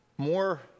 more